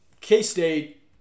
K-State